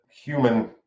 human